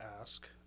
ask